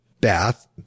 bath